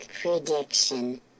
Prediction